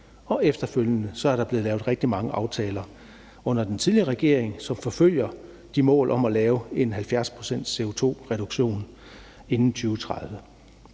og efterfølgende er der blevet lavet rigtig mange aftaler under den tidligere regering, som forfølger de mål om at lave en 70-procents-CO2-reduktion inden 2030.